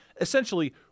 Essentially